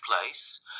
place